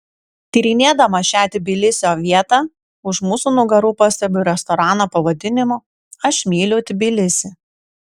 tyrinėdama šią tbilisio vietą už mūsų nugarų pastebiu restoraną pavadinimu aš myliu tbilisį